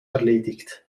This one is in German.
erledigt